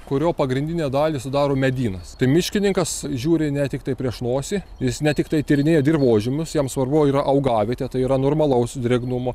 kurio pagrindinę dalį sudaro medynas tai miškininkas žiūri ne tiktai prieš nosį jis ne tiktai tyrinėja dirvožemius jam svarbu yra augavietė tai yra normalaus drėgnumo